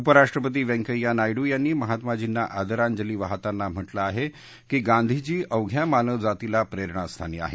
उपराष्ट्रपती व्यंकय्या नायडू यांनी महात्माजींना आदरांजली वाहताना म्हटलं आहे की गांधीजी अवघ्या मानवजातिला प्रेरणास्थानी आहेत